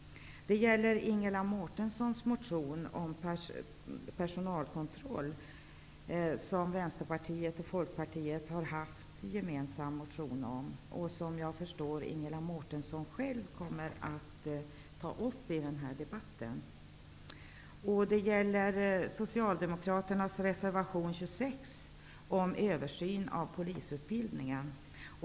Det gäller t.ex. Ingela Vänsterpartiet och Folkpartiet har tidigare väckt en gemensam motion om denna fråga. Jag förstår att Ingela Mårtensson själv kommer att ta upp denna fråga i debatten. Det gäller även Socialdemokraternas reservation nr 26 om översyn av polisutbildningen.